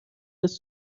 هست